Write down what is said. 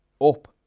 up